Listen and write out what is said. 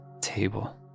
table